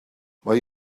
mae